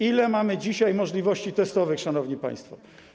Ile mamy dzisiaj możliwości testowych, szanowni państwo?